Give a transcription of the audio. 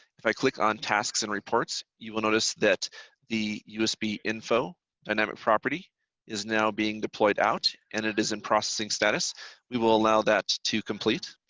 if i click on tasks and reports, you will notice that the usb info dynamic property is now being deployed out and it is in processing status. we will allow that to complete.